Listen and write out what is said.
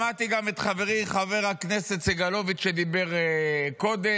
שמעתי גם את חברי חבר הכנסת סגלוביץ' שדיבר קודם